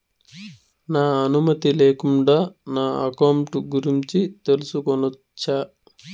నా అనుమతి లేకుండా నా అకౌంట్ గురించి తెలుసుకొనొచ్చా?